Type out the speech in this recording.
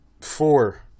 Four